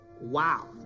Wow